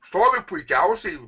stovi puikiausiai